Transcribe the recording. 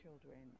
children